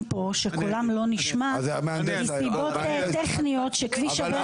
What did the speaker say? פה שקולם לא נשמע מסיבות טכניות שכביש הברך עצמו?